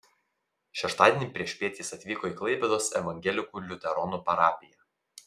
šeštadienį priešpiet jis atvyko į klaipėdos evangelikų liuteronų parapiją